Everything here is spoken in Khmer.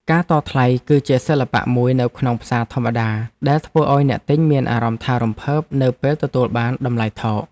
ការតថ្លៃគឺជាសិល្បៈមួយនៅក្នុងផ្សារធម្មតាដែលធ្វើឱ្យអ្នកទិញមានអារម្មណ៍ថារំភើបនៅពេលទទួលបានតម្លៃថោក។